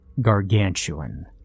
gargantuan